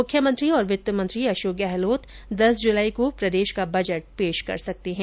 मुख्यमंत्री और वित्त मंत्री अशोक गहलोत आगामी दस जुलाई को प्रदेश का बजट पेश कर सकते है